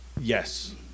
Yes